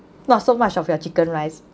not so much of your chicken rice